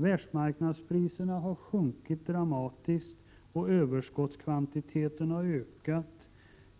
Världsmarknadspriserna har sjunkit dramatiskt, och överskottskvantiteten har ökat